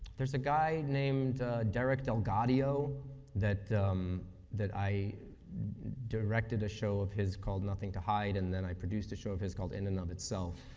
there's a guy named derek delgaudio that that i directed a show of his called nothing to hide. and then, i produced a show of his called in and of itself.